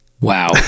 wow